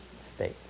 state